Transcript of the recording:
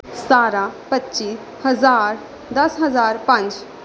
ਸਤਾਰਾਂ ਪੱਚੀ ਹਜ਼ਾਰ ਦੱਸ ਹਜ਼ਾਰ ਪੰਜ